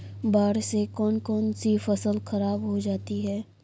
बाढ़ से कौन कौन सी फसल खराब हो जाती है?